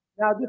Now